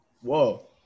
Whoa